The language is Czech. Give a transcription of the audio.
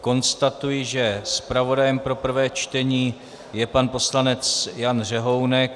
Konstatuji, že zpravodajem pro prvé čtení je pan poslanec Jan Řehounek.